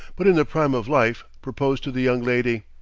but in the prime of life, proposed to the young lady.